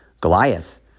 Goliath